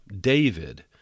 David